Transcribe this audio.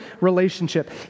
relationship